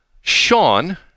Sean